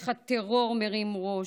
הטרור מרים ראש,